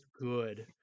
good